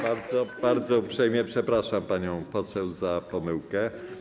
Bardzo uprzejmie przepraszam panią poseł za pomyłkę.